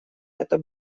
это